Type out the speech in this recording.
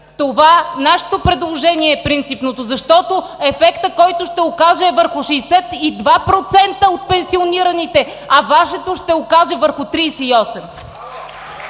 то нашето предложение е принципното! Защото ефектът, който ще окаже, е върху 62% от пенсионираните, а Вашето ще окаже влияние върху 38%.